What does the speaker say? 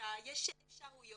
התעסוקה יש אפשרויות,